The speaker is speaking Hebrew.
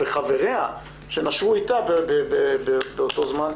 וחבריה שנשרו איתה באותו זמן,